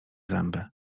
zęby